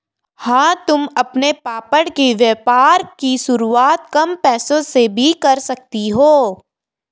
हाँ तुम अपने पापड़ के व्यापार की शुरुआत कम पैसों से भी कर सकती हो